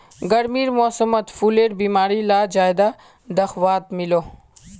गर्मीर मौसमोत फुलेर बीमारी ला ज्यादा दखवात मिलोह